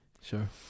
Sure